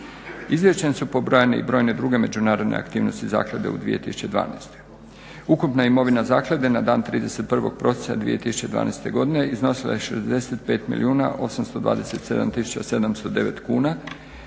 izvješću su pobrojane i brojne druge međunarodne aktivnosti zaklade u 2012. Ukupna imovina zaklade na dan 31.prosinca 2012.godine iznosila je 65 milijuna